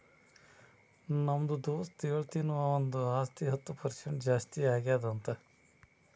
ನಮ್ದು ದೋಸ್ತ ಹೇಳತಿನು ಅವಂದು ಆಸ್ತಿ ಹತ್ತ್ ಪರ್ಸೆಂಟ್ ಜಾಸ್ತಿ ಆಗ್ಯಾದ್ ಅಂತ್